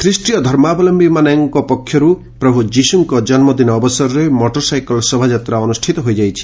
ଖ୍ରୀଷ୍ଟିୟ ଧର୍ମାବଲମ୍ୟୀମାନଙ୍କ ପକ୍ଷରୁ ପ୍ରଭୁ ଯୀଶୁଙ୍କ ଜନ୍ମଦିନ ଅବସରରେ ମଟରସାଇକଲ ଶୋଭାଯାତ୍ରା ଅନୁଷ୍ଠିତ ହୋଇଯାଇଛି